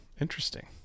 interesting